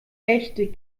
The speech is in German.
echte